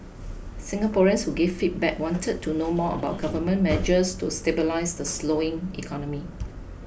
Singaporeans who gave feedback wanted to know more about Government measures to stabilise the slowing economy